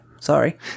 Sorry